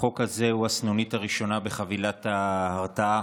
החוק הזה הוא הסנונית הראשונה בחבילת ההרתעה